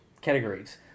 categories